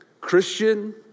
Christian